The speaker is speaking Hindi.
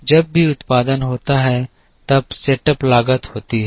जब भी उत्पादन होता है तब सेटअप लागत होती है